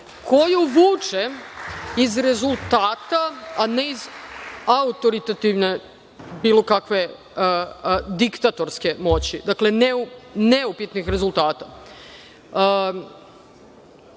koju vuče iz rezultata, a ne iz autoritativne bilo kakve diktatorske moći, neupitnih rezultata. Što